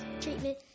treatment